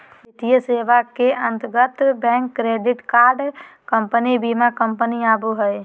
वित्तीय सेवा के अंतर्गत बैंक, क्रेडिट कार्ड कम्पनी, बीमा कम्पनी आवो हय